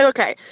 Okay